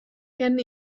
gen